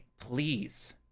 Please